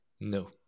No